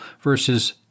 versus